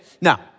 now